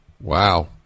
Wow